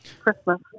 Christmas